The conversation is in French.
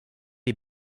est